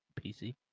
PC